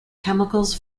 chemicals